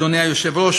אדוני היושב-ראש,